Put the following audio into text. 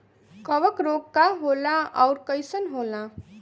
कवक रोग का होला अउर कईसन होला?